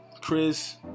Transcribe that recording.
Chris